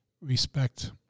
respect